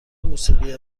موسیقی